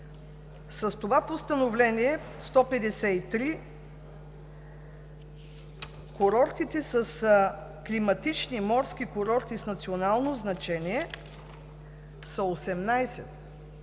с това постановление № 153 климатичните морски курорти с национално значение са 18,